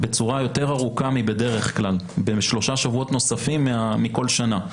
בצורה יותר ארוכה מבדרך כלל בשלושה שבועות נוספים מכל שנה,